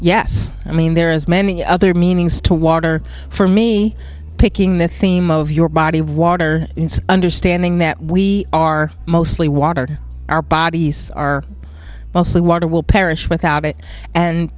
yes i mean there are as many other meanings to water for me picking the theme of your body of water understanding that we are mostly water our bodies are mostly water will perish without it and